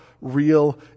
real